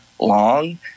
long